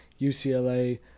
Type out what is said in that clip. UCLA